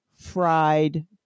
Fried